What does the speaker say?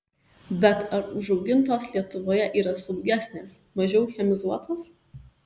bet ar užaugintos lietuvoje yra saugesnės mažiau chemizuotos